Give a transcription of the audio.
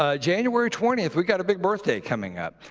ah january twentieth we've got a big birthday coming up.